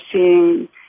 seeing